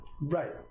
right